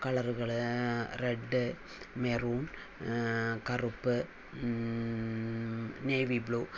കളറുകൾ red maroon കറുപ്പ് navy blue